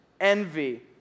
envy